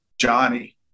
johnny